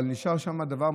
אבל נשאר שם דבר,